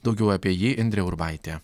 daugiau apie jį indrė urbaitė